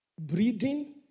breeding